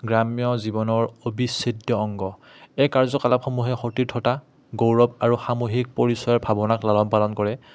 গ্ৰাম্য জীৱনৰ অবিচ্ছেদ্য অংগ এই কাৰ্যকলাপসমূহে সতীৰ্থতা গৌৰৱ আৰু সামূহিক পৰিচয়ৰ ভাৱনাক লালন পালন কৰে